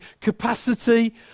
capacity